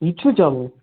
یِتہٕ چھُ نہٕ چَلنٕے